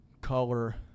color